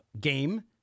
game